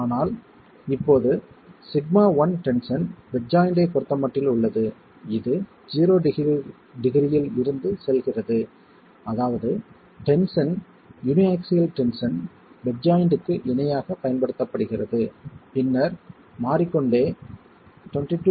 ஆனால் இப்போது σ1 tension bed joint ஐ பொறுத்தமட்டில் உள்ளது இது 0 டிகிரியில் இருந்து செல்கிறது அதாவது டென்ஷன் யூனிஆக்சியல் டென்ஷன் பெட் ஜாய்ண்ட்க்கு இணையாகப் பயன்படுத்தப்படுகிறது பின்னர் மாறிக்கொண்டே 22